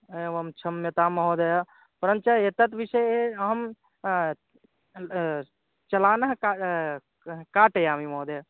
एवं क्षम्यतां महोदया परञ्च एतद् विषये अहं चलामि का काटयामि महोदया